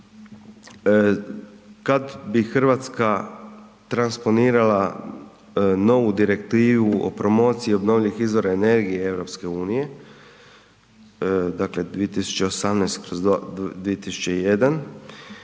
kada bi Hrvatska transponirala novu Direktivu o promociji obnovljivih izvora energije EU, dakle 2018/2001?